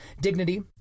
dignity